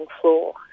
floor